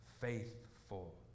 faithful